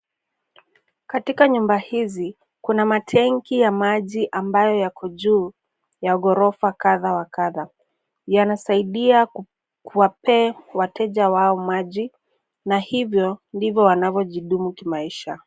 Katika nyumba hizi kuna matanki ya maji ambayo yako juu ya ghorofa kadha wa kadha. Yanasaidia kuwapa wateja wao maji na hivo ndivo wanavyojidumu kimaisha.